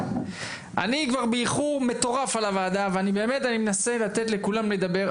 אני כבר באיחור מטורף על הוועדה ואני באמת מנסה לתת לכולם לדבר,